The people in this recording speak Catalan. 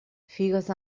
figues